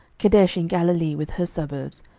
kedesh in galilee with her suburbs,